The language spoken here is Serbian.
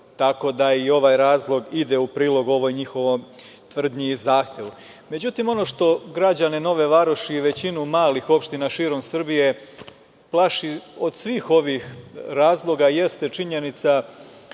Tako da i ovaj razlog ide u prilog ovoj njihovoj tvrdnji i zahtevu.Međutim, ono što građane Nove Varoši i većinu malih opština širom Srbije plaši, od svih ovih razloga, jeste činjenica